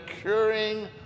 curing